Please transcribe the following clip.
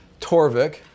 Torvik